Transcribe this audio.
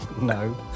no